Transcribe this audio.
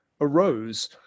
arose